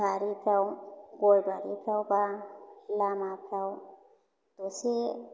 बारिफ्राव गय बारिफ्राव बा लामाफ्राव एसे